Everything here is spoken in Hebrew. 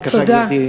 בבקשה, גברתי תמשיך.